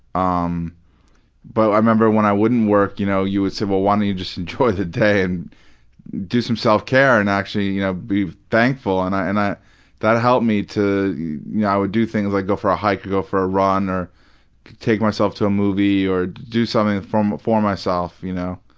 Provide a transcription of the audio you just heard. um but i remember when i wouldn't work, you know you would would say, well, why don't you just enjoy the day and do some self-care and actually you know be thankful? and i and i that helped me to you know i would do things, like, go for a hike or go for a run or take myself to a movie or do something for myself. you know